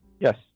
Yes